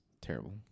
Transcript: terrible